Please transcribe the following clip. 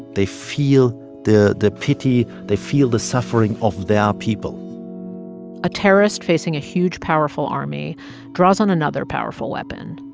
they feel the the pity. they feel the suffering of their people a terrorist facing a huge powerful army draws on another powerful weapon,